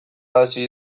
hasi